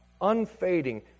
unfading